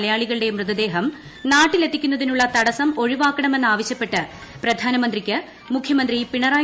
മലയാളികളുടെ മൃതദേഹം നാട്ടിലെത്തിക്കുന്നതിനുള്ള തടസ്സം ഒഴിവാക്കണമെന്ന് ആവശ്യപ്പെട്ട് പ്രധാനമന്ത്രിക്ക് മുഖ്യമന്ത്രി പിണറായി വിജയൻ കൃത്തയച്ചു